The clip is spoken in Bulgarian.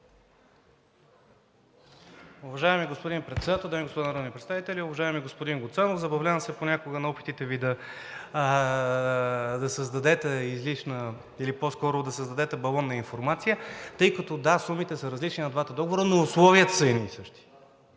Уважаеми господин Председател, дами и господа народни представители! Уважаеми господин Гуцанов, забавлявам се понякога на опитите Ви да създадете излишна или по-скоро балонна информация, тъй като – да, сумите са различни на двата договора, но условията са едни и същи!